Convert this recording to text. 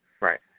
Right